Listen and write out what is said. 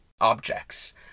objects